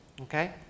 okay